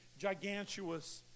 gigantuous